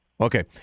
Okay